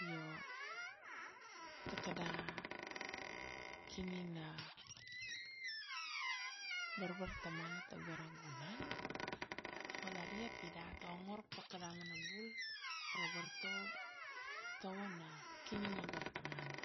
Io, taka da kini na barbar tamana tago ra gunan, dat ta valaria pi dat ta ongor pa kada mana bul, ura vartovo tovo na kini na bartamana.